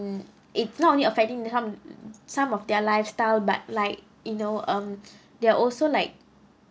it's not only affecting the some some of their lifestyle but like you know um there are also like